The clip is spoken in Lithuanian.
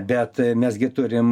bet mes gi turim